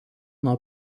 nuo